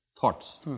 thoughts